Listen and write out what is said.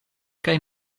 kaj